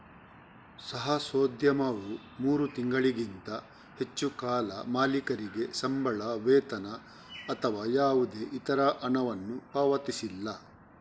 ಸಾಹಸೋದ್ಯಮವು ಮೂರು ತಿಂಗಳಿಗಿಂತ ಹೆಚ್ಚು ಕಾಲ ಮಾಲೀಕರಿಗೆ ಸಂಬಳ, ವೇತನ ಅಥವಾ ಯಾವುದೇ ಇತರ ಹಣವನ್ನು ಪಾವತಿಸಿಲ್ಲ